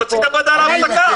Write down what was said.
תוציא את הוועדה להפסקה.